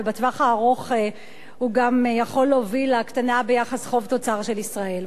ובטווח הארוך הוא גם יכול להוביל להקטנה ביחס חוב תוצר של ישראל,